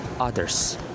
others